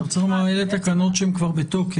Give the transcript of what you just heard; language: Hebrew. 2021. צריך לומר, אלה תקנות שהן כבר בתוקף.